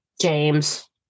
James